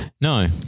No